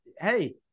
Hey